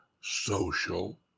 social